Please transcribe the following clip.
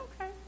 okay